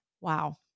Wow